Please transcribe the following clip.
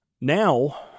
now